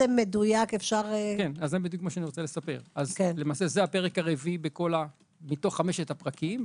זהו הפרק הרביעי מתוך חמשת הפרקים,